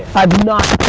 i've not